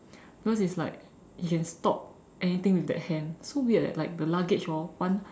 because it's like you can stop anything with that hand so weird eh like the luggage orh one